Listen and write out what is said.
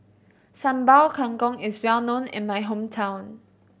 Sambal Kangkong is well known in my hometown